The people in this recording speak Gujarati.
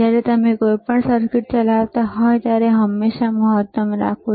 જ્યારે તમે કોઈપણ સર્કિટ ચલાવતા હોવ ત્યારે તેને હંમેશા મહત્તમ રાખો